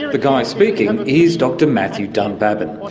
the guy speaking is dr matthew dunbabin,